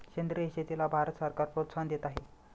सेंद्रिय शेतीला भारत सरकार प्रोत्साहन देत आहे